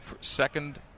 second